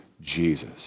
Jesus